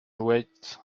waits